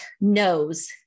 knows